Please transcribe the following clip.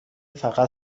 فقط